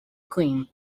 cream